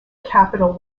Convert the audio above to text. capital